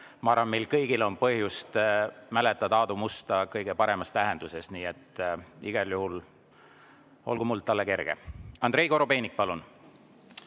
ma arvan, et meil kõigil on põhjust mäletada Aadu Musta kõige paremas tähenduses, nii et olgu muld talle kerge. Andrei Korobeinik, palun!